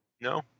No